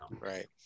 Right